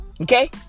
Okay